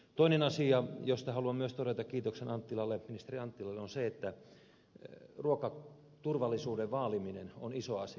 toinen asia josta haluan myös todeta kiitoksen ministeri anttilalle on se että ruokaturvallisuuden vaaliminen on iso asia